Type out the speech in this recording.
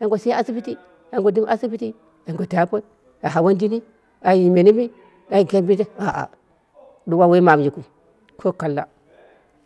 ai ngwa sai ashibiti ai ngwa dɨm ashibiti, ai ngwa taipot, ai hawan jini ai minimi aa ɗuwa woi mamu yikɨu ko kalla